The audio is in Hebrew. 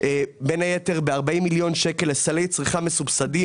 בין היתר ב-40 מיליון שקל לסלי צריכה מסובסדים,